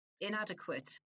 inadequate